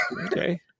Okay